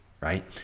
right